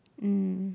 um